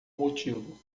motivo